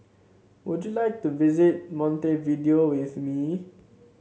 would you like to visit Montevideo with me